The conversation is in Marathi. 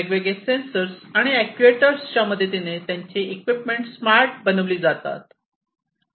वेगवेगळे सेन्सर आणि अॅक्ट्युएटर्सच्या मदतीने त्यांची इक्विपमेंट स्मार्ट बनविली जातात